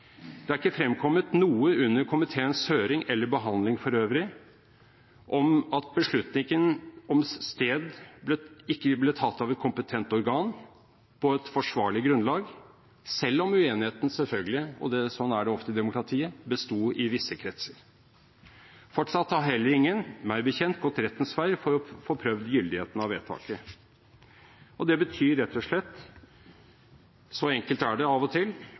Det er ikke fremkommet noe under komiteens høring eller behandling for øvrig som tilsier at beslutningen om sted ikke ble tatt av et kompetent organ på et forsvarlig grunnlag, selv om uenigheten selvfølgelig – sånn er det ofte i demokratiet – besto i visse kretser. Fortsatt har heller ingen, meg bekjent, gått rettens vei for å få prøvd gyldigheten av vedtaket. Det betyr rett og slett – så enkelt er det av og til